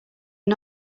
are